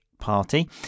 Party